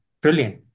brilliant